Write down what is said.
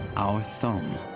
our thumb,